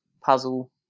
puzzle